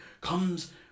comes